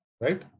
Right